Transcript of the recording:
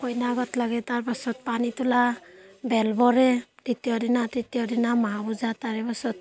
কইনা গোট লাগে তাৰপাছত পানী তোলা বেল বৰে তৃতীয় দিনা তৃতীয় দিনা মা পূজা তাৰেপাছত